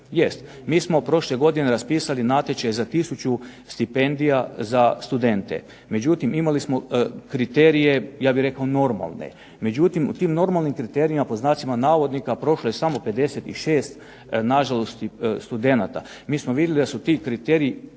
mi smo prošle godine raspisali natječaj za tisuću stipendija za studente, međutim imali smo kriterije ja bih rekao normalne, međutim u tim normalnim kriterijima po znacima navodnika prošlo je samo 56 na žalost studenata. Mi smo vidjeli da su ti kriteriji